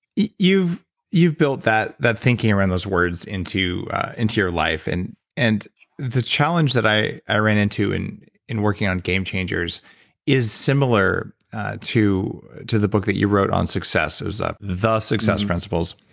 you've you've built that that thinking around those words into into your life and and the challenge that i i ran into in in working on game changers is similar to to the book that you wrote on success ah the success principles.